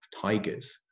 Tigers